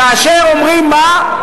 כאשר אומרים מה?